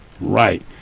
right